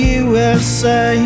usa